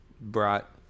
brought